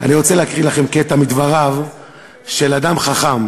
אני רוצה להקריא לכם קטע מדבריו של אדם חכם